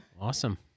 Awesome